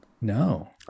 No